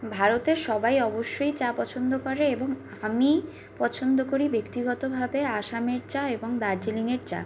ভারতের সবাই অবশ্যই চা পছন্দ করে এবং আমি পছন্দ করি ব্যক্তিগতভাবে আসামের চা এবং দার্জিলিংয়ের চা